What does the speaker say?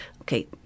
Okay